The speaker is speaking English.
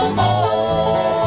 more